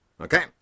Okay